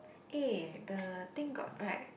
eh the thing got right